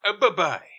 Bye-bye